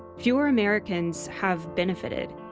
fewer americans have benefited.